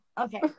Okay